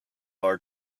our